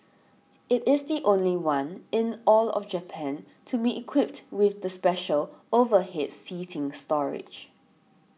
it is the only one in all of Japan to be equipped with the special overhead seating storage